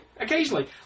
Occasionally